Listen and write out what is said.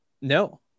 no